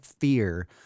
Fear